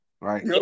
Right